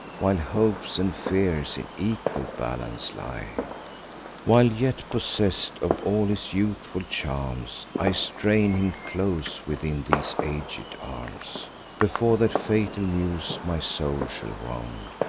while hopes and fears in equal balance lie while, yet possess'd of all his youthful charms, i strain him close within these aged arms before that fatal news my soul shall wound!